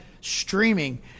streaming